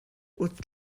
wrth